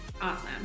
awesome